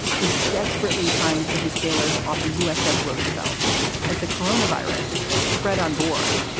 was desperately trying to get his sailors off the uss roosevelt as the corona virus spread on board.